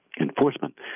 enforcement